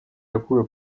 yakuwe